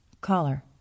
Caller